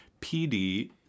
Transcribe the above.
pd